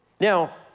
Now